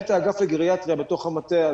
מנהלת האגף לגריאטריה בתוך המטה,